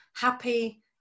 happy